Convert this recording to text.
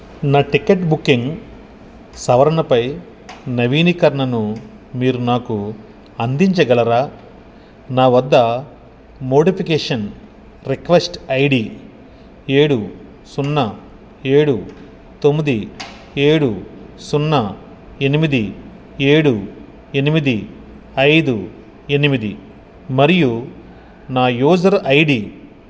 నా ticket booking సవరణపై నవీకరణను మీరు నాకు అందించగలరా నా వద్ద మోడిఫికేషన్ రిక్వస్ట్ ఐడి ఏడు సున్నా ఏడు తొమ్మిది ఏడు సున్నా ఎనిమిది ఏడు ఎనిమిది ఐదు ఎనిమిది మరియు నా యూజర్ ఐడి